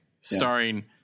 Starring